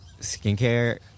Skincare